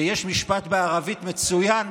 ויש בערבית משפט מצוין,